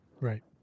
Right